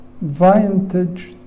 vintage